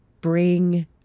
bring